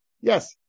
Yes